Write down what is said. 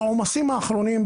בעומסים האחרונים,